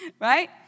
Right